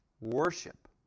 worship